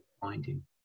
finding